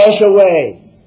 away